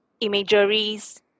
imageries